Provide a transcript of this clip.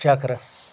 چکرس